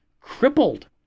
crippled